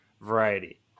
Variety